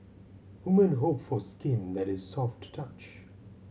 woman hope for skin that is soft to touch